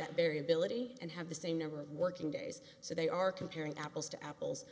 that variability and have the same number of working days so they are comparing apples to apples